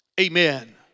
amen